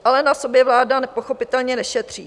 Ale na sobě vláda nepochopitelně nešetří.